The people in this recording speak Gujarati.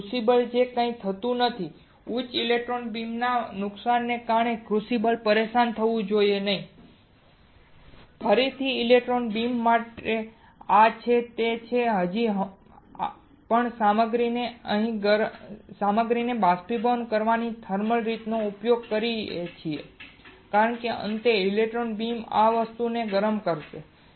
તેથી ક્રુસિબલને કંઇ થતું નથી ઉચ્ચ ઇલેક્ટ્રોન બીમના નુકસાનને કારણે ક્રુસિબલ પરેશાન થવું જોઈએ નહીં અને ફરીથી ઇલેક્ટ્રોન બીમ માટે આ છે કે આપણે હજી પણ સામગ્રીને બાષ્પીભવન કરવાની થર્મલ રીતનો ઉપયોગ કરી રહ્યા છીએ કારણ કે અંતે ઇલેક્ટ્રોન બીમ આ વસ્તુને અહીં ગરમ કરશે